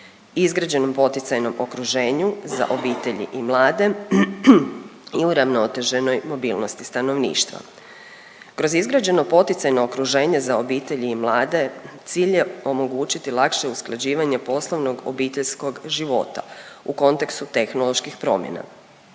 Izgrađenom poticajnom okruženju za obitelji i mlade i uravnoteženoj mobilnosti stanovništva. Kroz izgrađeno poticajno okruženje za obitelji i mlade cilj je omogućiti lakše usklađivanje poslovnog obiteljskog života u kontekstu tehnoloških promjena,